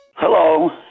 Hello